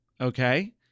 okay